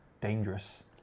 dangerous